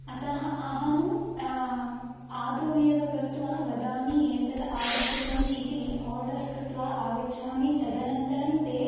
अतः अहं आदौ एव गत्वा वदामि एतद् आवश्यकम् इति आर्डर् कृत्वा आगच्छामि तदनन्तरं ते